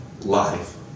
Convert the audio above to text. life